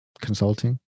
consulting